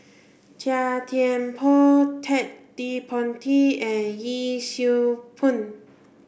Chia Thye Poh Ted De Ponti and Yee Siew Pun